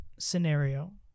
scenario